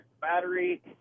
battery